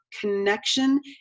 connection